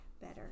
better